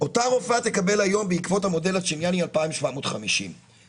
אותה רופאה תקבל היום בעקבות המודל הצ'יליאני 2,750 שקל.